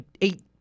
eight